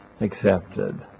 accepted